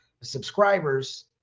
subscribers